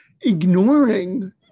ignoring